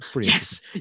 Yes